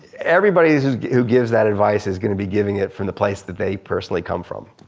everybody who who gives that advice is gonna be giving it from the place that they personally come from.